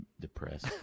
depressed